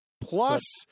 plus